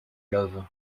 love